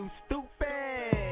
stupid